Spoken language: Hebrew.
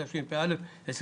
התשפ"א-2021.